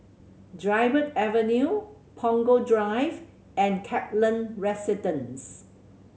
Dryburgh Avenue Punggol Drive and Kaplan Residence